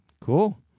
Cool